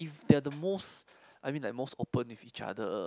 they are the most I mean like most open with each other